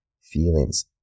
feelings